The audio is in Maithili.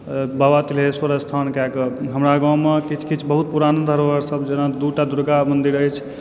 बाबा तुलेश्वर स्थान के कऽ हमरा गावमे किछु किछु बहुत पुरान धरोहर सभ जेना दूटा दुर्गा मन्दिर अछि